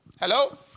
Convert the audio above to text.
Hello